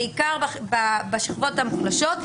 בעיקר בשכבות המוחלשות,